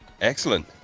Excellent